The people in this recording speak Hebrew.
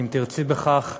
אם תרצי בכך.